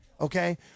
Okay